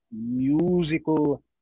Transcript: musical